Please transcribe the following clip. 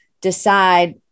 decide